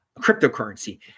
cryptocurrency